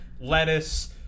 lettuce